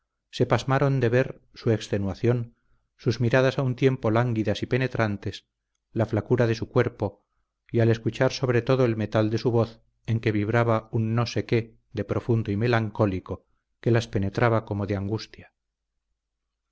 se pasmaron de ver su extenuación sus miradas a un tiempo lánguidas y penetrantes la flacura de su cuerpo y al escuchar sobre todo el metal de su voz en que vibraba un no sé qué de profundo y melancólico que las penetraba como de angustia